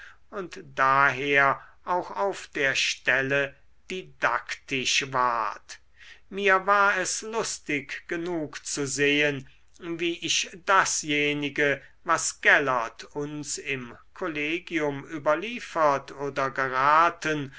und daher auch auf der stelle didaktisch ward mir war es lustig genug zu sehen wie ich dasjenige was gellert uns im kollegium überliefert oder geraten